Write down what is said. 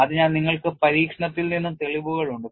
അതിനാൽ നിങ്ങൾക്ക് പരീക്ഷണത്തിൽ നിന്ന് തെളിവുകൾ ഉണ്ട്